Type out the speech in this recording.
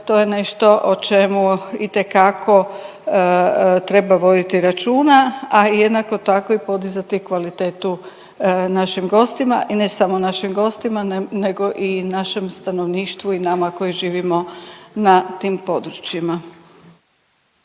to je nešto o čemu itekako treba voditi računa, a jednako tako i podizati kvalitetu našim gostima, ne samo našim gostima nego i našem stanovništvu i nama koji živimo na tim područjima.